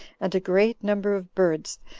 and a great number of birds,